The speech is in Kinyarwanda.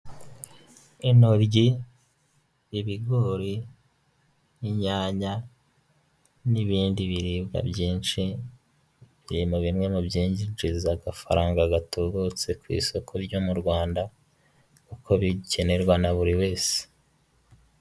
Intoryi ibigori inyanya n'ibindi biribwa byinshi birimo bimwe mu byinjiza agafaranga gatubutse ku isoko ryo mu rwanda kuko bikenerwa na buri wese.